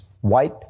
white